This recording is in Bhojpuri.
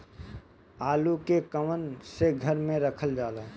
आलू के कवन से घर मे रखल जाला?